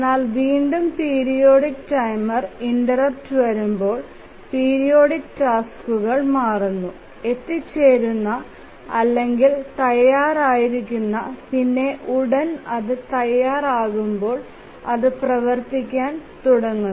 എന്നാൽ വീണ്ടും periodic timer interrupt വരുമ്പോൾ പീരിയോഡിക് ടാസ്കുകൾ മാറുന്നു എത്തിച്ചേരുന്നു അല്ലെങ്കിൽ തയ്യാറായിരിക്കുന്നു പിന്നെ ഉടൻ അത് തയാർ ആകുമ്പോൾ അതു പ്രവർത്തികാൻ തുടങ്ങുന്നു